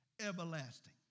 everlasting